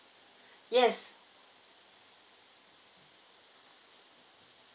yes